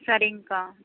சரிங்க்கா